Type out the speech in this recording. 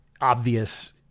obvious